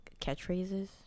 catchphrases